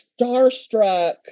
starstruck